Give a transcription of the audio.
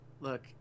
Look